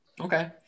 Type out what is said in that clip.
Okay